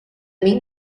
mean